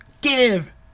give